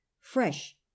fresh